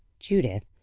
judith,